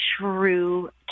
true